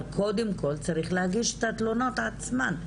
אבל קודם כל צריך להגיש את התלונות עצמם,